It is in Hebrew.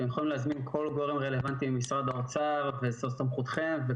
אתם יכולים להזמין כל גורם רלוונטי ממשרד האוצר וזו סמכותכם,